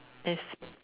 S